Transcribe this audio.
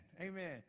Amen